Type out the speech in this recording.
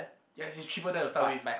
yes it's cheaper there to start with